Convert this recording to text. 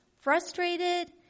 frustrated